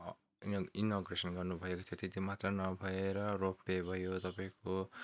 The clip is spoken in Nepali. इनोग्रेसन गर्नुभएको थियो त्यति मात्र नभएर रोप वे भयो तपाईँको